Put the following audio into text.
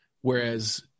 whereas